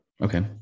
okay